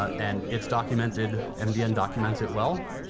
and it's documented, npm documents it well.